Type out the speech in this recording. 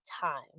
time